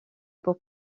pour